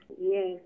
Yes